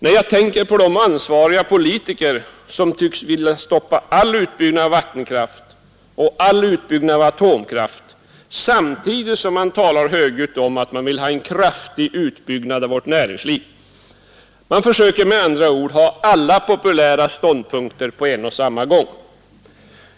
Nej, jag tänker på de ansvariga politiker som tycks vilja stoppa all utbyggnad av vattenkraft och all utbyggnad av atomkraft, samtidigt som man talar högljutt om att man vill ha en kraftig utbyggnad av vårt näringsliv. Man försöker med andra ord ha alla populära ståndpunkter på en gång.